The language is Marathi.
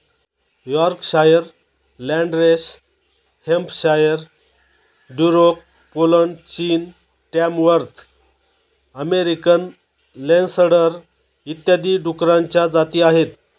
Yorkshire, Landrace Hampshire, Duroc Poland, चीन, टॅमवर्थ अमेरिकन लेन्सडर इत्यादी डुकरांच्या जाती आहेत